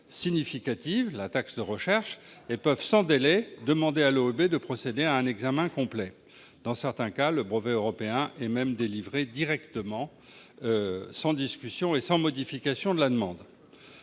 significative de la taxe de recherche et peuvent sans délai demander à l'OEB de procéder à un examen complet. Dans certains cas, le brevet européen est même délivré directement sans discussion ni modification de la demande.